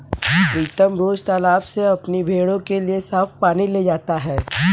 प्रीतम रोज तालाब से अपनी भेड़ों के लिए साफ पानी ले जाता है